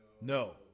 No